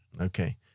okay